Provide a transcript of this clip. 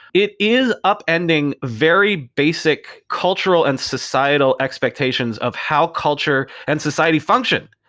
it is up-ending very basic cultural and societal expectations of how culture and society function,